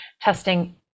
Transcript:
testing